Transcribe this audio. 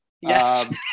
Yes